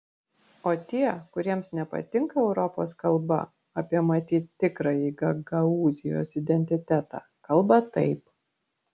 o tie kuriems nepatinka europos kalba apie matyt tikrąjį gagaūzijos identitetą kalba taip